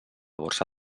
borsa